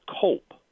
cope